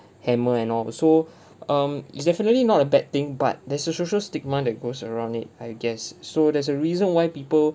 hammer and all so um it's definitely not a bad thing but the so social stigma that goes around it I guess so there's a reason why people